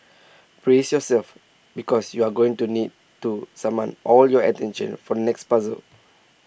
brace yourselves because you're going to need to summon all your attention for the next puzzle